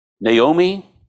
Naomi